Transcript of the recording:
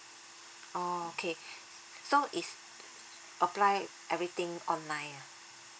okay so it's apply everything online ah